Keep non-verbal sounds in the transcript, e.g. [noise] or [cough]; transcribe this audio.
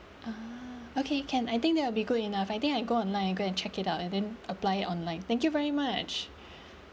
ah okay can I think that will be good enough I think I go online and go and check it out and then apply it online thank you very much [breath]